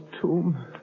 tomb